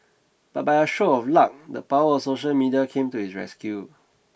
but by a stroke of luck the power of social media came to his rescue